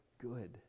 good